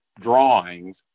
drawings